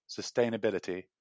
sustainability